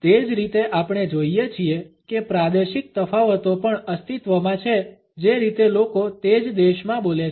તે જ રીતે આપણે જોઈએ છીએ કે પ્રાદેશિક તફાવતો પણ અસ્તિત્વમાં છે જે રીતે લોકો તે જ દેશમાં બોલે છે